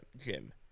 gym